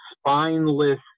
spineless